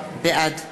בעד